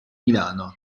milano